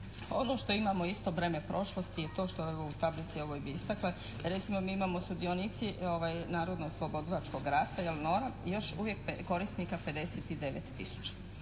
Ono što imamo je isto vrijeme prošlosti je to što u tablici ovoj bi istakla recimo mi imamo sudionici Narodnooslobodilačkog rata ili NOR-a još uvijek korisnika 59